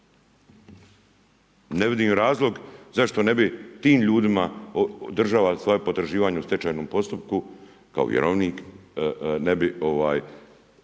Ne vidim razlog zašto ne bi tim ljudima država svoja potraživanja u stečajnom postupku kao vjerovnik ne bi